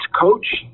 coach